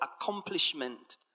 accomplishment